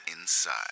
inside